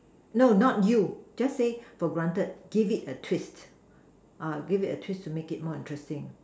no not you just say for granted give it a twist give it a twist to make it more interesting